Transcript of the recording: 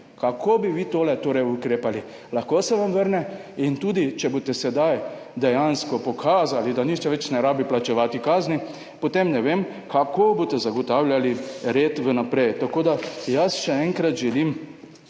Kako bi vi pri tem ukrepali? Lahko se vam vrne. In tudi če boste sedaj dejansko pokazali, da nihče več ne rabi plačevati kazni, potem ne vem, kako boste zagotavljali red vnaprej. Še enkrat.